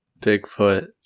Bigfoot